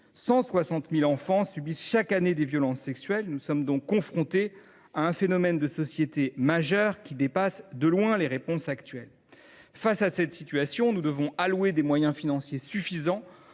160 000 enfants subissent chaque année des violences sexuelles. Nous sommes donc confrontés à un phénomène de société majeur, face auquel les réponses actuelles sont loin d’être suffisantes. Face à cette situation, nous devons allouer des moyens financiers suffisants